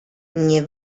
nie